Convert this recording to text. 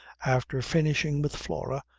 after finishing with flora,